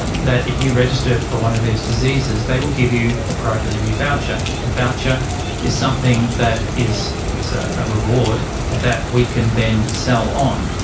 and that if you register it for one of these diseases, they will give you a priority review voucher. the voucher is something that is, it's a ah reward and that we can then sell on.